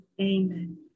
Amen